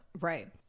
Right